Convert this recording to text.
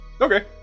Okay